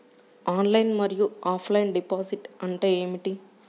Online మరియు offline deposit అంటే ఏమిటి?